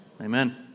Amen